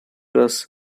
was